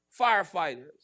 firefighters